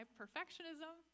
perfectionism